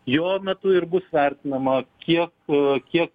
jo metu ir bus vertinama kiek a kiek